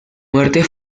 muerte